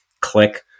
Click